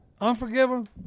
Unforgiven